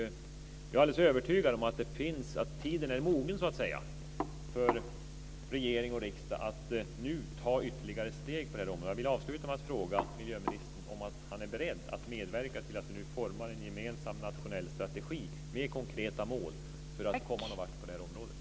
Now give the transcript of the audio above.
Jag är alldeles övertygad om att tiden är mogen för regering och riksdag att nu ta ytterligare steg på det här området. Jag vill avsluta med att fråga miljöministern om han är beredd att medverka till att vi nu formar en gemensam nationell strategi med konkreta mål för att komma någon vart på det här området.